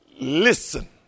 Listen